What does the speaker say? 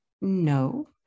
No